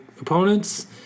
opponent's